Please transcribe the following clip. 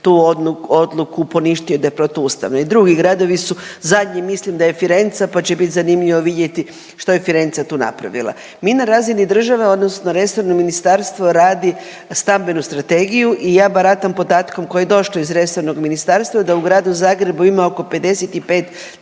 tu odluku poništio da je protuustavna. I drugi gradovi su zadnji mislim da je Firenca pa će bit zanimljivo vidjeti što je Firenca tu napravila. Mi na razini države odnosno resorno ministarstvo radi stambenu strategiju i ja baratam podatkom koja je došla iz resornog ministarstva da u Gradu Zagrebu ima oko 55